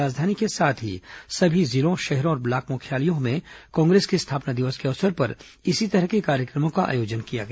राजधानी के साथ ही सभी जिलों शहरों और ब्लॉक मुख्यालयों में कांग्रेस के स्थापना दिवस के अवसर पर इसी तरह के कार्यक्रमों का आयोजन किया गया